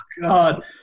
God